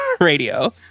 Radio